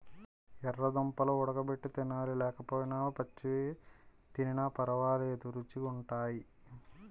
యెర్ర దుంపలు వుడగబెట్టి తినాలి లేకపోయినా పచ్చివి తినిన పరవాలేదు రుచీ గుంటయ్